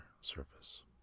surface